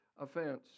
offense